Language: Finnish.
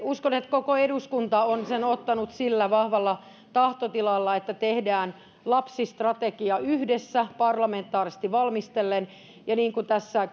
uskon että koko eduskunta on sen ottanut sillä vahvalla tahtotilalla että tehdään lapsistrategia yhdessä parlamentaarisesti valmistellen ja niin kuin tässä